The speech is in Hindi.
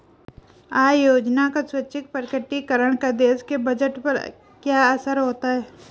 आय योजना का स्वैच्छिक प्रकटीकरण का देश के बजट पर क्या असर होता है?